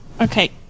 Okay